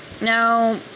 Now